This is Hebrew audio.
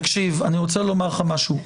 אני רוצה לומר לך משהו,